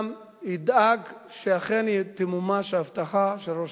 גם ידאג שאכן תמומש ההבטחה של ראש